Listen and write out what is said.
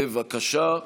בבקשה.